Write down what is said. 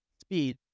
speed